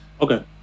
okay